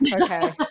okay